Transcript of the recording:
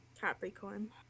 Capricorn